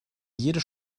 jede